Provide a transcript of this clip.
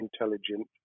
intelligent